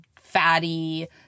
fatty